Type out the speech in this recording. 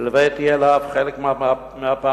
נלוויתי אליו בחלק מהפעמים,